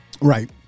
Right